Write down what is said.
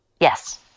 Yes